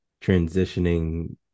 transitioning